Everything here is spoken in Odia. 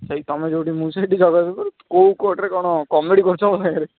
ସେହି ତୁମେ ଯେଉଁଠି ମୁଁ ସେଇଠି କେଉଁ କୋର୍ଟରେ କ'ଣ କମେଡ଼ି କରୁଛ ମୋ ସାଙ୍ଗରେ